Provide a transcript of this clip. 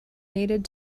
needed